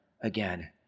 again